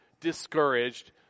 discouraged